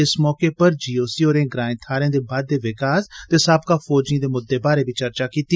इस मौके उप्पर जीओसी होरें ग्राएं थाहरें दे बाद्धे विकास ते साबका फौजिएं दे मुद्धें बारे बी चर्चा कीती